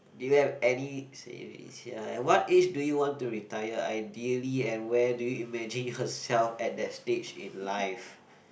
do you have any savings ya at what age do you want to retire ideally and where do you imagine yourself at that stage in life